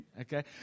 okay